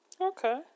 Okay